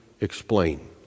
explain